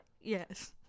Yes